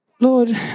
Lord